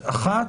אחת,